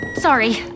Sorry